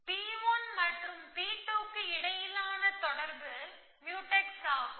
P1 மற்றும் P2 க்கு இடையிலான தொடர்பு முயூடெக்ஸ் ஆகும்